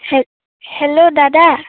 হে হেল্ল' দাদা